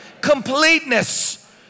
completeness